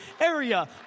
area